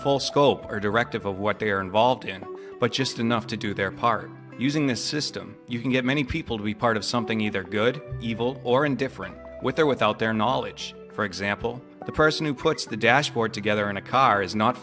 full scope or directive of what they are involved in but just enough to do their part using this system you can get many people to be part of something either good or evil or indifferent with or without their knowledge for example the person who puts the dashboard together in a car is not